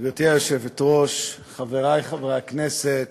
גברתי היושבת-ראש, חברי חברי הכנסת,